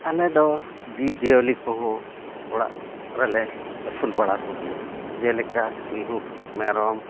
ᱟᱞᱮ ᱫᱚ ᱡᱤᱵᱽᱼᱡᱤᱭᱟᱹᱞᱤ ᱠᱚᱦᱚᱸ ᱚᱲᱟᱜ ᱨᱮᱞᱮ ᱟᱹᱥᱩᱞ ᱵᱟᱲᱟ ᱠᱚᱜᱮᱭᱟ ᱡᱮᱞᱮᱠᱟ ᱢᱤᱦᱩ ᱢᱮᱨᱚᱢ